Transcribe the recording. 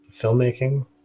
filmmaking